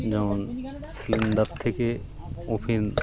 যেমন সিলিন্ডার থেকে ওভেন